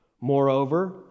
Moreover